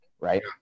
right